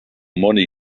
money